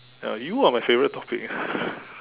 ya you are my favourite topic